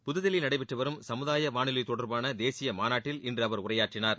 புத்தில்லியில் நடைபெற்று வரும் சமுதாய வானொலி தொடர்பான தேசிய மாநாட்டில் இன்று அவர் உரையாற்றினார்